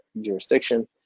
jurisdiction